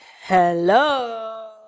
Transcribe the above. hello